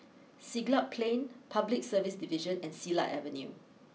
Siglap Plain Public Service Division and Silat Avenue